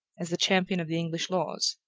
as the champion of the english laws,